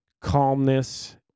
calmness